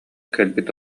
кэлбит